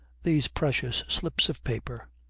these precious slips of paper